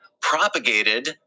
propagated